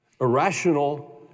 irrational